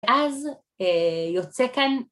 אז יוצא כאן